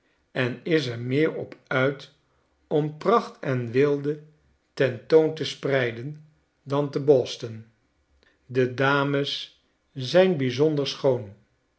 en is er meer op uit om pracht en weelde ten toon te spreiden dan te boston de dames zijn bijzonder schoon